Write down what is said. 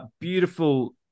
beautiful